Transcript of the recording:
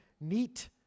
neat